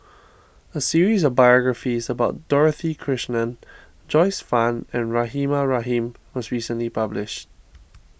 a series of biographies about Dorothy Krishnan Joyce Fan and Rahimah Rahim was recently published